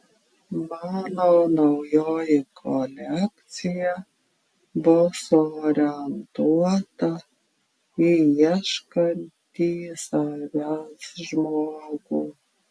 mano naujoji kolekcija bus orientuota į ieškantį savęs žmogų